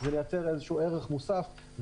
זה לייצר איזשהו ערך מוסף.